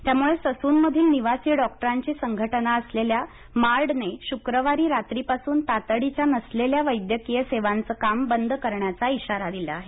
त्यामुळे ससूनमधील निवासी डॉक्टरांची संघटना असलेल्या मार्डने शुक्रवारी रात्री पासून तातडीच्या नसलेल्या वैद्यकीय सेवांचे काम बंद करण्याचा इशारा दिला आहे